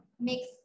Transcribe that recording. mix